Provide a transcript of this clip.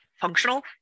functional